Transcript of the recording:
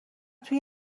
توی